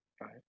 right